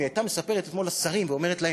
אם היא הייתה מספרת אתמול לשרים ואומרת להם: